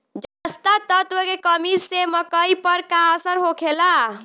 जस्ता तत्व के कमी से मकई पर का असर होखेला?